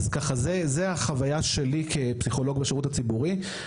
זאת החוויה שלי כפסיכולוג בשירות הציבורי.